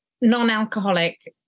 non-alcoholic